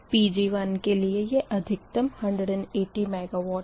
Pg1 के लिए यह अधिकतम 180 MW है